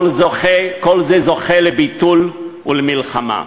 כל זה זוכה לביטול ולמלחמה.